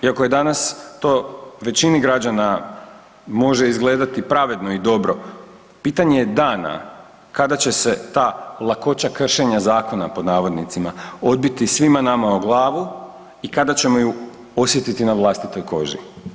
Iako danas to većini građana može izgledati pravedno i dobro pitanje je dana kada će se ta lakoća kršenja zakona pod navodnicima odbiti svima nama o glavu i kada ćemo ju osjetiti na vlastitoj koži.